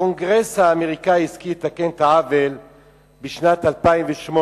הקונגרס האמריקני השכיל לתקן את העוול בשנת 2008,